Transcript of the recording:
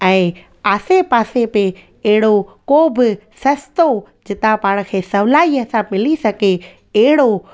ऐं आसे पासे में अहिड़ो को बि सस्तो जिते पाण खे सवलाईअ सां मिली सघे अहिड़ो